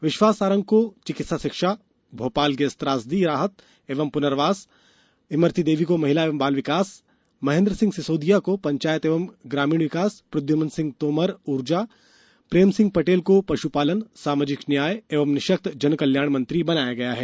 विश्वास सारंग को चिकित्सा शिक्षा भोपाल गैस त्रासदी राहत एवं पुनर्वास इमरती देवी को महिला एवं बाल विकास महेन्द्र सिंह सिसौदिया पंचायत एवं ग्रामीण विकास प्रद्युमन सिंह तोमर ऊर्जा प्रेमसिंह पटेल को पश्पालनसामाजिक न्याय एवं निःशक्त जनकल्याण मंत्री बनाया गया है